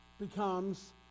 becomes